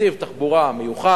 נתיב תחבורה מיוחד,